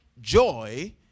joy